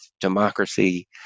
democracy